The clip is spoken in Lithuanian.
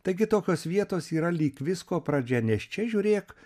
taigi tokios vietos yra lyg visko pradžia nes čia žiūrėk